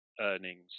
earnings